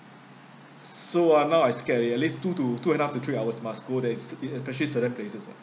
so ah now I scared already at least two to two and a half to three hours must go there especially select places